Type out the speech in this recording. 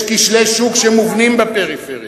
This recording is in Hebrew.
יש כשלי שוק שמובנים בפריפריה,